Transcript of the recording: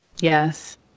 Yes